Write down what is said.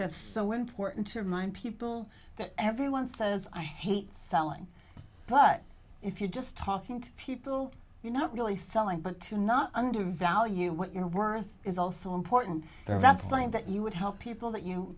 that's so important to remind people that everyone says i hate selling but if you're just talking to people you're not really selling but to not under value what you're worth is also important that's time that you would help people that you